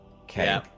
Okay